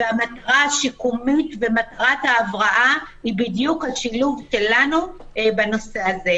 והמטרה השיקומית ומטרת ההבראה היא בדיוק השילוב שלנו בנושא הזה.